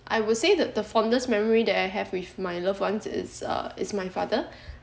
I would say the the fondest memory that I have with my loved ones is uh is my father